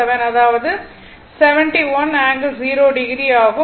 7 அதாவது r 71∠0o ஆகும்